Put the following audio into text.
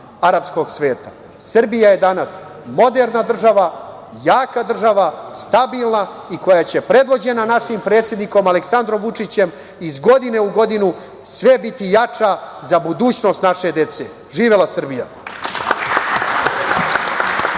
arapskog sveta. Srbija je danas moderna država, jaka država, stabilna i koja će predvođena našim predsednikom Aleksandrom Vučićem iz godine u godinu sve biti jača za budućnost naše dece. Živela Srbija.